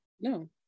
no